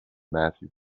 matthew